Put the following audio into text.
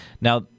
Now